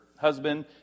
husband